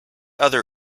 other